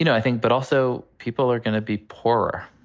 you know i think but also people are gonna be poorer.